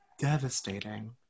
devastating